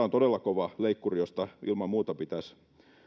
on todella kova leikkuri josta ilman muuta pitäisi